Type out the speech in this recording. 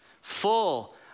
full